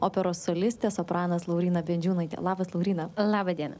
operos solistė sopranas lauryna bendžiūnaitė labas lauryna laba diena